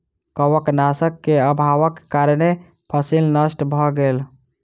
कवकनाशक के अभावक कारणें फसील नष्ट भअ गेल